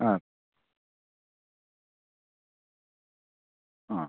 ആ ആ